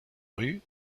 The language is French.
rues